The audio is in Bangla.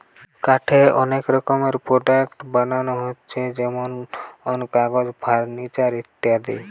কাঠের অনেক রকমের প্রোডাক্টস বানানা হচ্ছে যেমন কাগজ, ফার্নিচার ইত্যাদি